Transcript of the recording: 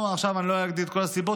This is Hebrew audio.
אני לא אגיד עכשיו את כל הסיבות,